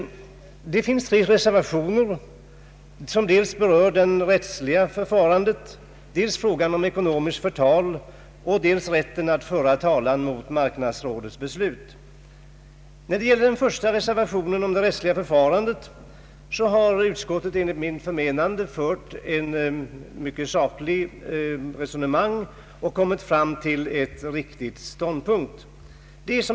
Det har avgivits tre reservationer som berör dels det rättsliga förfarandet, dels frågan om ekonomiskt förtal, dels rätten att föra talan mot marknadsrådets beslut. När det gäller reservationen om det rättsliga förfarandet har utskottet enligt mitt förmenande fört ett mycket sakligt resonemang och kommit till en riktig ståndpunkt.